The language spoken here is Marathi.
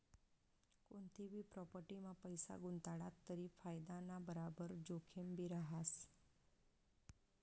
कोनतीभी प्राॅपटीमा पैसा गुताडात तरी फायदाना बराबर जोखिमभी रहास